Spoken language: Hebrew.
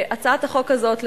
הצעת החוק הזאת,